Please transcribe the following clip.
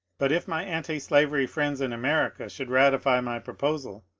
but if my antislavery friends in america should ratify my proposal,